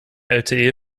lte